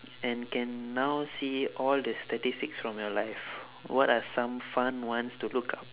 and can now see all the statistics from your life what are some fun ones to look up